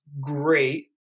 great